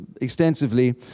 extensively